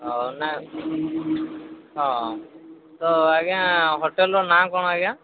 ହଉ ନା ହଁ ତ ଆଜ୍ଞା ହୋଟେଲ୍ର ନାଁ କ'ଣ ଆଜ୍ଞା